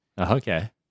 okay